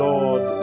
Lord